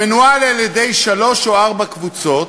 לא ידעתי, גבירותי ורבותי,